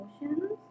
emotions